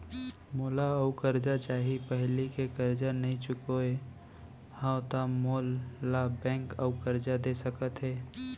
मोला अऊ करजा चाही पहिली के करजा नई चुकोय हव त मोल ला बैंक अऊ करजा दे सकता हे?